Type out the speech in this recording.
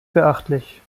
beachtlich